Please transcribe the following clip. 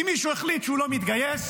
אם מישהו החליט שהוא לא מתגייס,